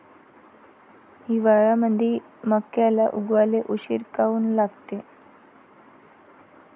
हिवाळ्यामंदी मक्याले उगवाले उशीर काऊन लागते?